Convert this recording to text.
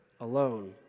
alone